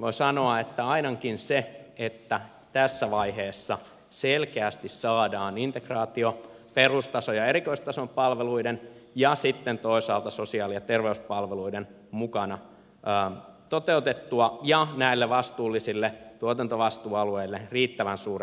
voi sanoa että ainakin se että tässä vaiheessa selkeästi saadaan integraatio perustason ja erikoistason palveluiden ja sitten toisaalta sosiaali ja terveyspalveluiden mukana toteutettua ja näille vastuullisille tuotantovastuualueille riittävän suuret väestöpohjat